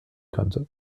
könnte